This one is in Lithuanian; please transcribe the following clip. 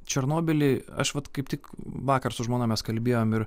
černobyly aš vat kaip tik vakar su žmona mes kalbėjom ir